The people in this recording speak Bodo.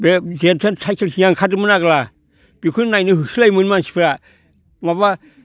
बे जेनथेन साइखेलखिनिया ओंखिरदोंमोन आग्ला बिखौनो नायनो होसोलायोमोन मानसिफोरा माबा